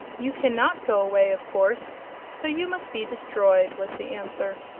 you cannot go away, of course so you must be destroyed, was the answer.